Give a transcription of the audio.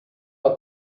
are